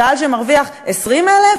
הקהל שמרוויח 20,000,